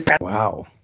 Wow